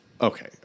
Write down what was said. Okay